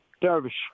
Dervish